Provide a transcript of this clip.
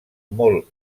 molt